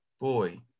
boy